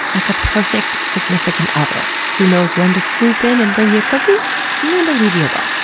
like a perfect significant other who knows when to swoop in and bring you a cookie and when to leave you alone.